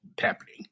happening